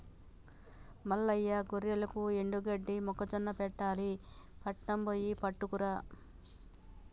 మల్లయ్య గొర్రెలకు ఎండుగడ్డి మొక్కజొన్న పెట్టాలి పట్నం బొయ్యి పట్టుకురా